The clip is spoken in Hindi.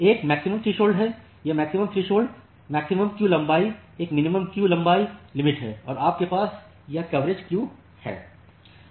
एक मैक्सिमम थ्रेशोल्ड है यह मैक्सिमम थ्रेशोल्ड मैक्सिमम क्यू लंबाई एक मिनिमम क्यू लंबाई लिमिट है और आपके पास यह एवरेज क्यू लंबाई है